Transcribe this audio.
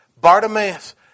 Bartimaeus